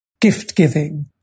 gift-giving